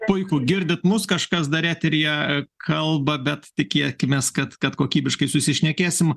puiku girdit mus kažkas dar eteryje kalba bet tikėkimės kad kad kokybiškai susišnekėsim